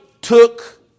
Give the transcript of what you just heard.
took